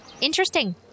Interesting